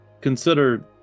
consider